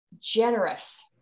generous